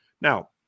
Now